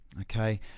Okay